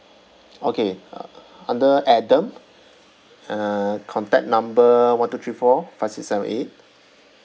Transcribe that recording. okay uh under adam uh contact number one two three four five six seven eight